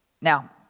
Now